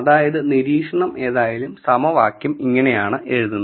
അതായത് നിരീക്ഷണം ഏതായാലും സമവാക്യം ഇങ്ങനെയാണ് എഴുതുന്നത്